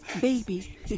baby